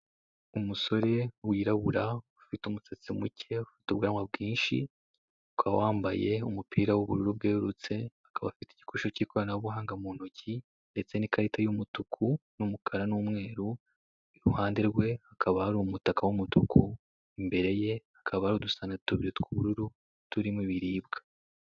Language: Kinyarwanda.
Umusore wirabura ufite umusatsi muke ufite ubwanwa bwinshi, ukaba wambaye umupira w'ubururu bwererutse, akaba afite igikoresho cy'ikoranabuhanga mu ntoki, ndetse n'ikarita y'umutuku, n'umukara n'umweru, iruhande rwe hakaba hari umutaka w'umutuku, imbere ye hakaba hari udusahani tubiri tw'ubururu turimo ibiribwa.